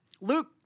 Luke